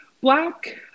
black